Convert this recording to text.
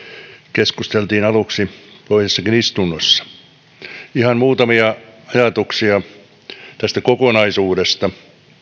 keskusteltiin aluksi toisessakin istunnossa ihan muutamia ajatuksia tästä kokonaisuudesta